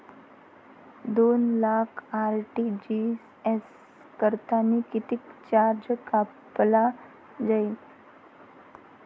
दोन लाख आर.टी.जी.एस करतांनी कितीक चार्ज कापला जाईन?